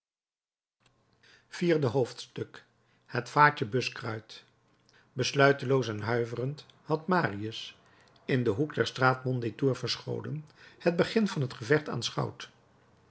vierde hoofdstuk het vaatje buskruit besluiteloos en huiverend had marius in den hoek der straat mondétour verscholen het begin van het gevecht aanschouwd